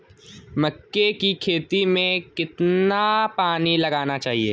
मक्के की खेती में कितना पानी लगाना चाहिए?